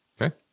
Okay